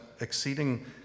exceeding